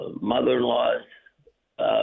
mother-in-law's